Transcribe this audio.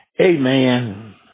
Amen